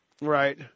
Right